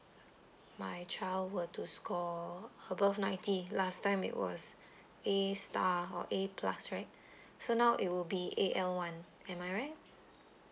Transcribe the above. my child were to score above ninety last time it was A star or A plus right so now it will be A_L one am I right